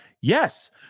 Yes